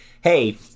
hey